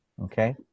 okay